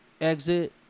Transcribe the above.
exit